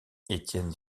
étienne